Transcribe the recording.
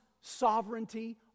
sovereignty